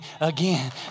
again